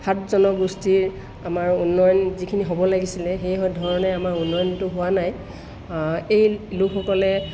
সাত জনগোষ্ঠীৰ আমাৰ উন্নয়ন যিখিনি হ'ব লাগিছিল সেইধৰণে আমাৰ উন্নয়নটো হোৱা নাই এই লোকসকলে